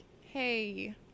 hey